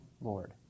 Lord